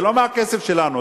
זה לא מהכסף שלנו.